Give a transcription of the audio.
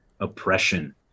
oppression